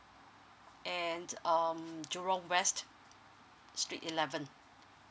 and um jurong west street eleventh